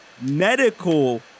medical